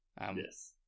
Yes